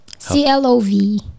C-L-O-V